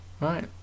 Right